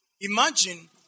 Imagine